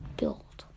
build